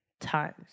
times